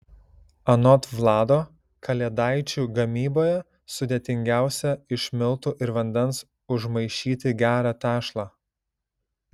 anot vlado kalėdaičių gamyboje sudėtingiausia iš miltų ir vandens užmaišyti gerą tešlą